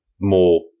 more